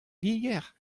liger